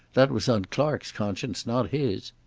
that was on clark's conscience, not his.